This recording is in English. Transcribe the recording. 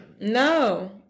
No